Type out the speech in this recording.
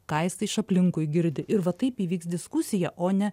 ką jis iš aplinkui girdi ir va taip įvyks diskusija o ne